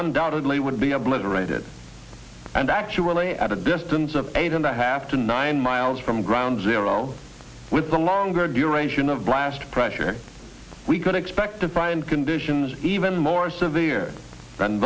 undoubtedly would be obliterated and actually at a distance of eight and a half to nine miles from ground zero with the longer duration of blast pressure we could expect to find conditions even more severe than